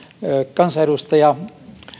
kansanedustaja